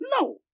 No